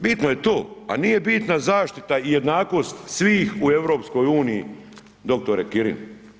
Bitno je to, a nije bitna zaštita i jednakost svih u EU doktore Kirin.